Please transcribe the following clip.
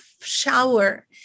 shower